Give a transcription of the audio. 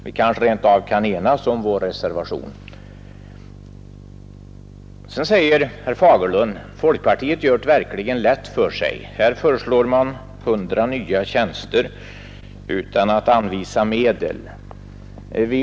Vi kanske rent av kan enas om reservationen. Sedan säger herr Fagerlund att folkpartiet verkligen gör det lätt för sig; man föreslår på detta håll 100 nya tjänster utan att anvisa medel härför.